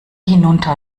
hinunter